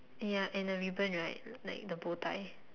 ya and a ribbon right like the bow tie